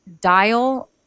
dial